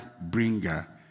bringer